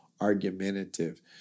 argumentative